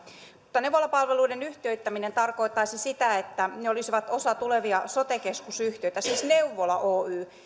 mutta neuvolapalveluiden yhtiöittäminen tarkoittaisi sitä että ne olisivat osa tulevia sote keskusyhtiöitä siis neuvola oy